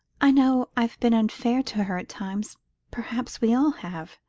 i know i've been unfair to her at times perhaps we all have.